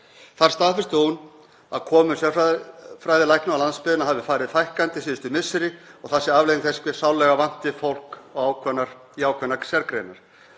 Þar staðfestir hún að komum sérfræðilækna á landsbyggðina hafi farið fækkandi síðustu misseri og það sé afleiðing þess hve sárlega vanti fólk í ákveðnar sérgreinar.